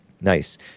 Nice